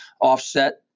offset